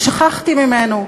ושכחתי ממנו,